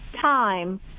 time